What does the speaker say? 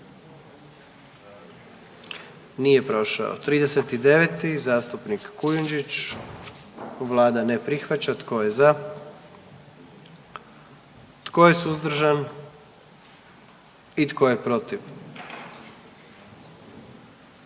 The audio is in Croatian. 44. Kluba zastupnika SDP-a, vlada ne prihvaća. Tko je za? Tko je suzdržan? Tko je protiv?